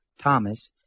Thomas